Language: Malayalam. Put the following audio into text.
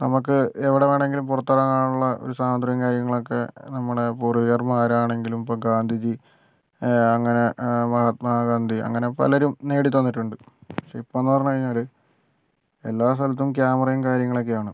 നമുക്ക് എവിടെ വേണമെങ്കിലും പുറത്തിറങ്ങാനുള്ള ഒരു സ്വാതന്ത്ര്യം കാര്യങ്ങളൊക്കെ നമ്മളുടെ പൂർവികർമാരാണെങ്കിലും ഇപ്പം ഗാന്ധിജി അങ്ങനെ മഹാത്മാ ഗാന്ധി അങ്ങനെ പലരും നേടി തന്നിട്ടുണ്ട് പക്ഷെ ഇപ്പം എന്ന് പറഞ്ഞു കഴിഞ്ഞാൽ എല്ലാ സ്ഥലത്തും ക്യാമറയും കാര്യങ്ങളും ഒക്കെ ആണ്